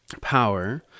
power